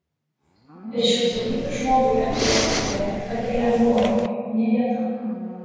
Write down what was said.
be šių savybių žmogui aviacijoje kad ir lengvojoje ne vieta